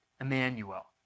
Emmanuel